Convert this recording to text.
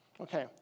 Okay